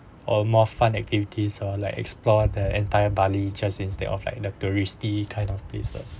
or more fun activities or like explore the entire bali just instead of like the touristy kind of places